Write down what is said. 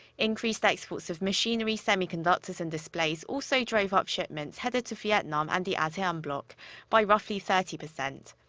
increased exports of machinery, semiconductors and displays, also drove up shipments headed to vietnam and the asean bloc by roughly thirty percent.